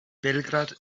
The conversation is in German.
belgrad